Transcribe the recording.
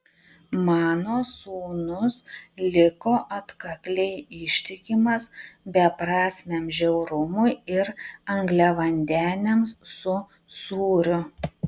mano sūnus liko atkakliai ištikimas beprasmiam žiaurumui ir angliavandeniams su sūriu